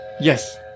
Yes